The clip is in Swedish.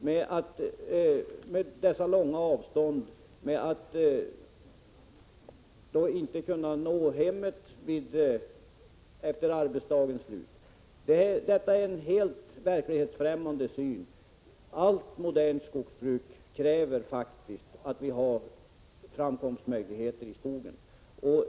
De hade långa avstånd till sin arbetsplats och kunde inte nå hemmet efter arbetsdagens slut. Lennart Brunander har en helt verklighetsfrämmande syn på detta. Allt modernt skogsbruk kräver faktiskt att det finns framkomstmöjligheter i skogen.